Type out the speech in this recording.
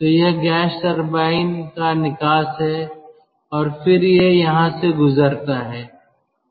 तो यह gas turbine का निकास है और फिर यह यहां से गुजरता है